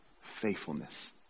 faithfulness